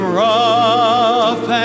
rough